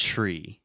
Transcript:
Tree